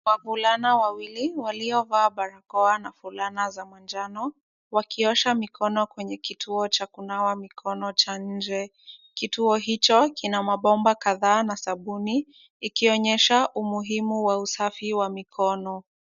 Wavulana wawili waliovaa barakoa na fulana za manjano wakiosha mikono kwenye kituo cha kunawa mikono cha nje. Kituo hicho kina mabomba kadhaa na sabuni ikionyesha umuhimu wa usafi wa mikono.